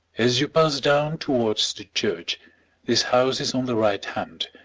as you pass down towards the church this house is on the right hand,